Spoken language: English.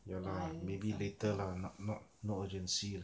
ya lah maybe later lah not not no urgency lah